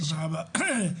תודה רבה.